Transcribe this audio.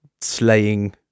slaying